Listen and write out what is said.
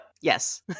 yes